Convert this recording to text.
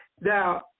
Now